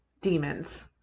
demons